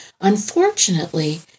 Unfortunately